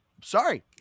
sorry